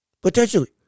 potentially